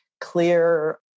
clear